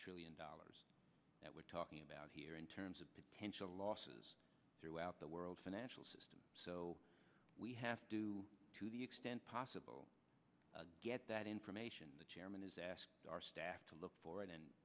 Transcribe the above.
trillion dollars that we're talking about here in terms of potential losses throughout the world financial system so we have to do to the extent possible to get that information the chairman has asked our staff to look for it